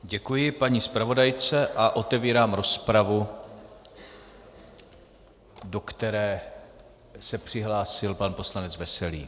Děkuji paní zpravodajce a otevírám rozpravu, do které se přihlásil pan poslanec Veselý.